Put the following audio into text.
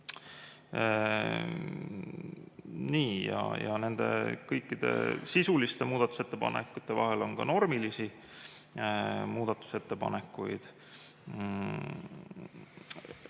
nende sisuliste muudatusettepanekute vahel on ka normilisi muudatusettepanekuid.